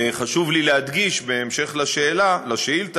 וחשוב לי להדגיש, בהמשך לשאילתה,